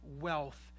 wealth